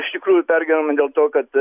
iš tikrųjų pergyvename dėl to kad